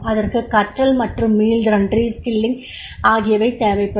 அதற்கு கற்றல் மற்றும் மீள்திறன் ஆகியவை செய்யப்படும்